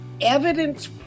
evidence